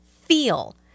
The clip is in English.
feel